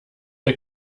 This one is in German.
ihr